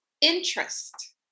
interest